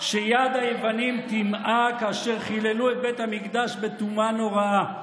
שיד היוונים טימאה כאשר חיללו את בית המקדש בטומאה נוראה.